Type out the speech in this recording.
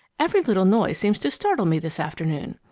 every little noise seems to startle me this afternoon.